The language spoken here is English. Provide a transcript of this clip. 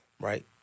right